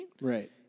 Right